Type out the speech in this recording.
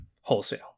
wholesale